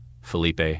Felipe